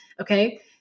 Okay